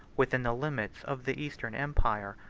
within the limits of the eastern empire.